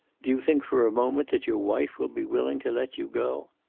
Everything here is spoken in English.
do you think for a moment that your wife will be willing to let you go?